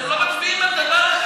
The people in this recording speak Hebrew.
להגיד גזענות, גזענות,